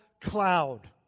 cloud